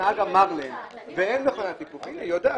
הנהג פותח את הדלת האחורית ועולים המוני נוסעים מכל הדלתות.